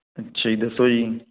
ਅੱਛਾ ਜੀ ਦੱਸੋ ਜੀ